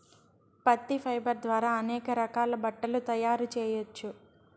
పత్తి ఫైబర్ ద్వారా అనేక రకాల బట్టలు తయారు చేయచ్చు